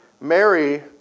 Mary